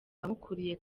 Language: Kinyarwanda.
abamukuriye